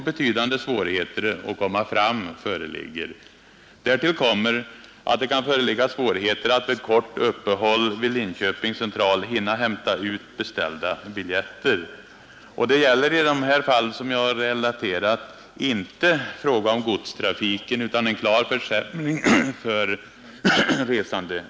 Betydande svårigheter att komma fram föreligger. Därtill kommer att det kan vara svårt att vid ett kort uppehåll vid Linköpings central hinna hämta ut beställda biljetter. Det är i de fall som jag har relaterat inte fråga om godstrafiken utan persontrafiken, där en klar försämring har inträtt.